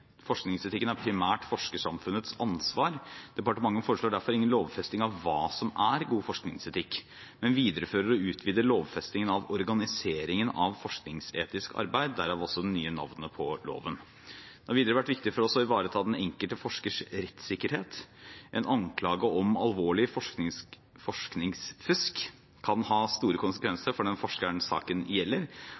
Forskningsetikken er primært forskersamfunnets ansvar. Departementet foreslår derfor ingen lovfesting av hva som er god forskningsetikk, men viderefører og utvider lovfestingen av organiseringen av forskningsetisk arbeid, derav også det nye navnet på loven. Det har videre vært viktig for oss å ivareta den enkelte forskers rettssikkerhet. En anklage om alvorlig forskningsfusk kan ha store konsekvenser for den forskeren saken gjelder.